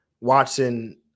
Watson